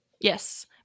Yes